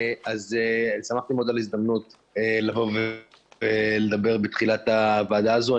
שמחתי מאוד על ההזדמנות לבוא ולדבר בתחילת הוועדה הזאת.